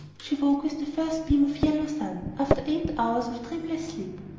she woke with the first beam of yellow sun, after eight hours of dreamless sleep,